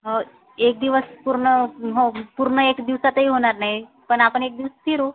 हो एक दिवस पूर्ण हो पूर्ण एक दिवसातही होणार नाही पण आपण एक दिवस फिरू